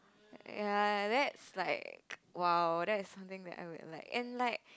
ya that's like !wow! that is something that I would like and like